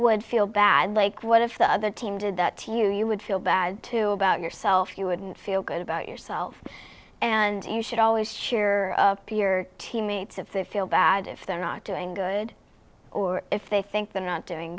would feel bad like what if the other team did that to you you would feel bad to about yourself you wouldn't feel good about yourself and you should always cheer of peer teammates if they feel bad if they're not doing good or if they think they're not doing